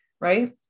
right